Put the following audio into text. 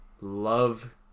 love